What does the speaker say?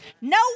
No